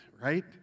right